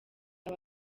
our